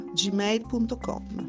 gmail.com